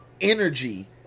energy